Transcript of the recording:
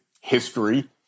history